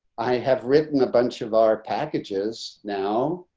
i have written a bunch of our packages now.